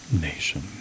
Nation